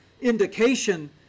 indication